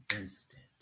instant